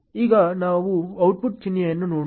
ಈಗ ನಾವು ಔಟ್ಪುಟ್ ಚಿಹ್ನೆಯನ್ನು ನೋಡೋಣ